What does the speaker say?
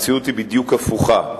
המציאות בדיוק הפוכה,